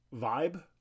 vibe